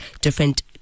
different